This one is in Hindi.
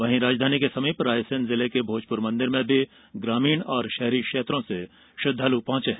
वहीं राजधानी के समीप रायसेन जिले के भोजपुर मंदिर में ग्रामीण और शहरी क्षेत्रों से श्रद्धालु पहुंच रहे हैं